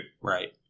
Right